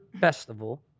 festival